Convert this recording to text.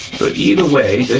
but either way,